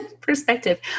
perspective